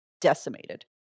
decimated